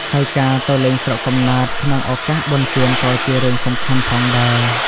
ហើយការទៅលេងស្រុកកំណើតក្នុងឱកាសបុណ្យទានក៏ជារឿងសំខាន់ផងដែរ។